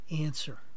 answer